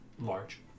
Large